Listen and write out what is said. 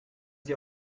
sie